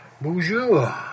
Bonjour